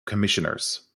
commissioners